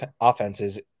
offenses